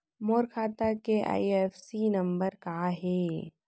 मोर खाता के IFSC number का हे?